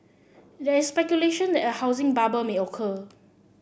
there is speculation that a housing bubble may occur